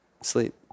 Sleep